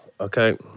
okay